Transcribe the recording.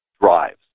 drives